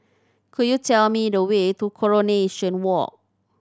could you tell me the way to Coronation Walk